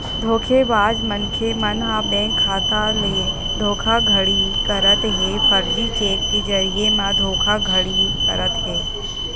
धोखेबाज मनखे मन ह बेंक खाता ले धोखाघड़ी करत हे, फरजी चेक के जरिए म धोखाघड़ी करत हे